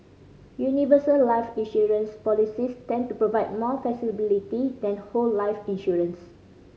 universal life insurance policies tend to provide more flexibility than whole life insurance